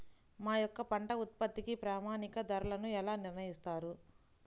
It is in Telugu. మా యొక్క పంట ఉత్పత్తికి ప్రామాణిక ధరలను ఎలా నిర్ణయిస్తారు?